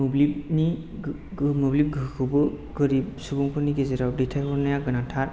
मोब्लिबनि मोब्लिब गोहोखौबो गोरिब सुबुंफोरनि गेजेराव दैथायहरनाया गोनांथार